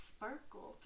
Sparkle